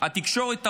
התקשורת העוינת,